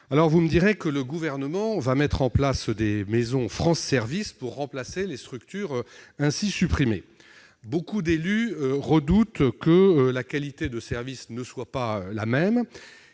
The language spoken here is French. sans doute que le Gouvernement va mettre en place des maisons France services pour remplacer les structures ainsi supprimées. Beaucoup d'élus redoutent que la qualité de service ne soit pas la même